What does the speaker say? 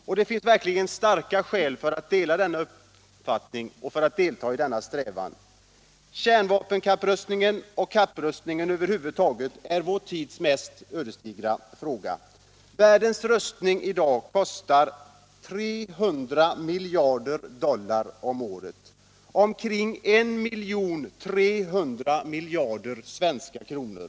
Och det finns verkligen starka skäl för att dela denna uppfattning och delta i denna strävan. Kärnvapenkapprustningen och kapprustningen över huvud taget är vår tids mest ödesdigra fråga. Världens rustningar kostar i dag 300 miljarder dollar om året — omkring 1 300 miljarder svenska kronor.